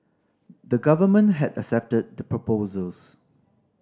the Government had accepted the proposals